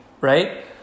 right